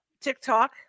TikTok